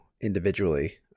individually